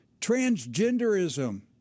transgenderism